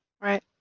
right